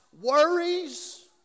worries